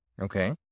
Okay